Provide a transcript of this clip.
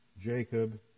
Jacob